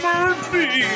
Murphy